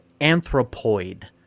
Anthropoid